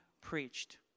preached